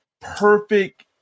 perfect